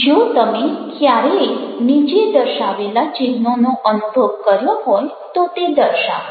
જો તમે ક્યારે ય નીચે દર્શાવેલા ચિહ્નોનો અનુભવ કર્યો હોય તો તે દર્શાવો